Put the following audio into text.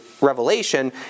revelation